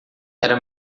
era